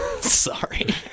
sorry